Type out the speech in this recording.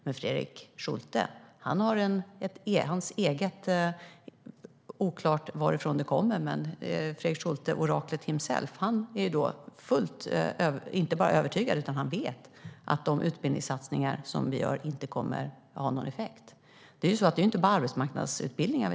Men Fredrik Schulte, oraklet himself, oklart varifrån det kommer, är inte bara övertygad utan han vet att våra utbildningsinsatser inte kommer att ha någon effekt. Vi satsar inte bara på arbetsmarknadsutbildningar.